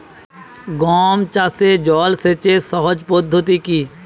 গম চাষে জল সেচের সহজ পদ্ধতি কি?